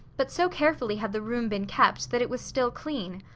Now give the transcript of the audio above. but so carefully had the room been kept, that it was still clean.